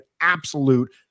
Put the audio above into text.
absolute